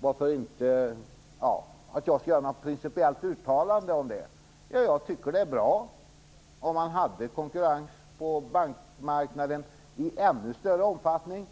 ber mig göra ett principiellt uttalande om detta. Ja, jag tycker att det vore bra om det fanns konkurrens på bankmarknaden i ännu större omfattning.